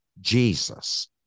Jesus